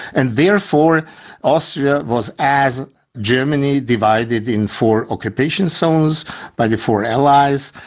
and therefore austria was as germany divided in four occupation zones by the four allies.